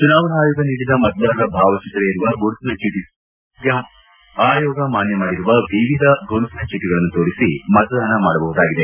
ಚುನಾವಣಾ ಆಯೋಗ ನೀಡಿದ ಮತದಾರರ ಭಾವಚಿತ್ರ ಇರುವ ಗುರುತಿನ ಚೀಟಿ ಸೇರಿದಂತೆ ಆಯೋಗ ಮಾನ್ಯ ಮಾಡಿರುವ ವಿವಿಧ ಗುರುತಿನ ಚೀಟಿಗಳನ್ನು ತೋರಿಸಿ ಮತದಾನ ಮಾಡಬಹುದಾಗಿದೆ